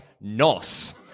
NOS